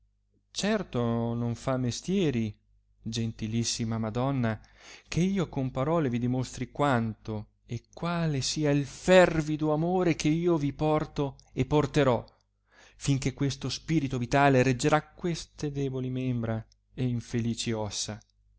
certo non fa mestieri gentilissima madonna che io con parole vi dimostri quanto e quale sia il fervido amore che io vi porto e porterò fin che questo spirito vitale reggerà queste deboli membra e infelici ossa